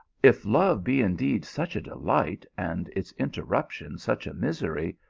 if love be indeed such a de light, and its interruption such a misery,